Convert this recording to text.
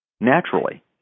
naturally